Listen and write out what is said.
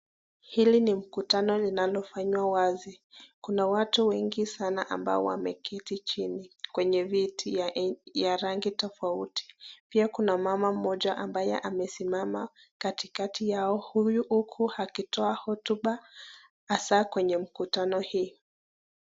Hili ni mkutano linalo fanywa wazi. Kuna watu wengi sana ambao wameketi chini kwenye viti ya rangi tofauti , pia kuna mama mmoja ambaye amesimama katikati yao, huyu huku akitoka hotuba, hasa kwenye mkutano hii.